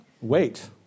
Wait